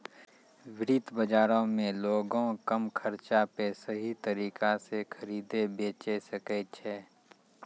वित्त बजारो मे लोगें कम खर्चा पे सही तरिका से खरीदे बेचै सकै छै